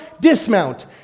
dismount